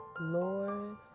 Lord